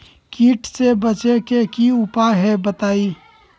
कीट से बचे के की उपाय हैं बताई?